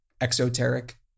exoteric